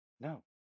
No